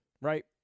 right